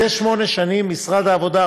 זה שמונה שנים משרד העבודה,